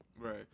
Right